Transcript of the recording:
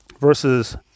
versus